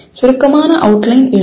சுருக்கமான அவுட்லைன் எழுதுங்கள்